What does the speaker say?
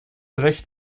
recht